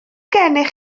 gennych